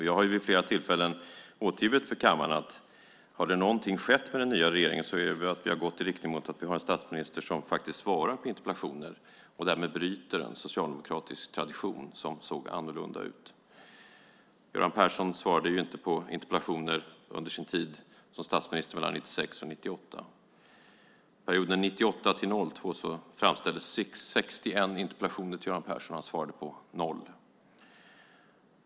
Jag har vid flera tillfällen återgivit för kammaren att har det skett någonting med den nya regeringen är det att vi har gått i riktning mot att vi har en statsminister som faktiskt svarar på interpellationer och därmed bryter en socialdemokratisk tradition, som såg annorlunda ut. Göran Persson svarade inte på interpellationer under sin tid som statsminister mellan 1996 och 1998. Perioden 1998-2002 framställdes 61 interpellationer till Göran Persson, och han svarade på 0.